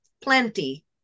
plenty